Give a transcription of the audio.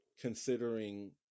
considering